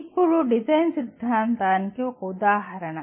ఇప్పుడు ఇది డిజైన్ సిద్ధాంతానికి ఒక ఉదాహరణ